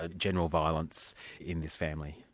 ah general violence in this family?